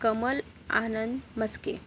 Kamal Anand Maske